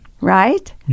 right